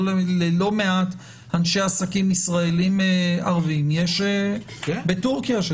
מעט אנשי עסקים ישראלים ערבים יש עסקים בטורקיה,